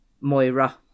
moira